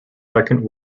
second